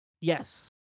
Yes